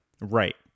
Right